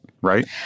Right